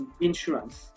insurance